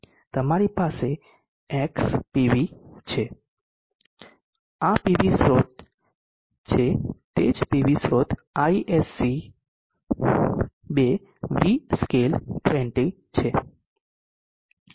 તમારી પાસે xPV છે આ પીવી સ્રોત છે તે જ પીવી સ્રોત ISC 2 Vscale 20 છે